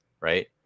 right